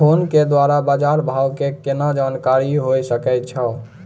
Phone के द्वारा बाज़ार भाव के केना जानकारी होय सकै छौ?